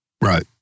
Right